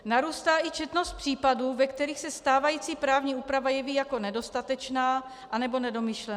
Narůstá i četnost případů, ve kterých se stávající právní úprava jeví jako nedostatečná anebo nedomyšlená.